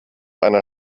einer